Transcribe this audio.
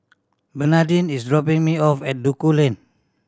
Bernadine is dropping me off at Duku Lane